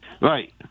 Right